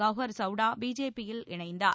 கௌஹர் சௌடா பிஜேபியில் இணைந்தார்